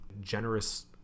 generous